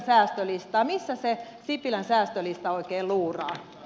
missä se sipilän säästölista oikein luuraa